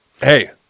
Hey